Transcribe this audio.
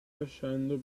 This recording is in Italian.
lasciando